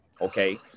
okay